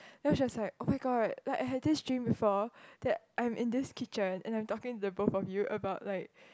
then I was like [oh]-my-god like I have this dream before that I'm in this kitchen and I'm talking the both of you about like